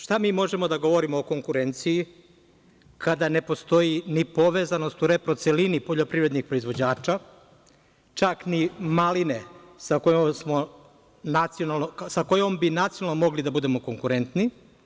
Šta mi možemo da govorimo o konkurenciji, kada ne postoji ni povezanost u reprocelini poljoprivrednih proizvođača, čak ni maline sa kojom bi nacionalno mogli da budemo konkurentni.